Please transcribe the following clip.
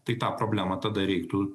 tai tą problemą tada reiktų